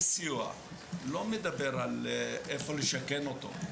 אני לא מדבר על איפה לשכן אותו,